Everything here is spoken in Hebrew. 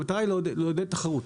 המטרה היא לעודד תחרות,